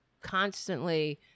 constantly